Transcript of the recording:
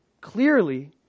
clearly